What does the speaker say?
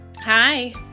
Hi